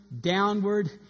downward